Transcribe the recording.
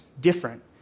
different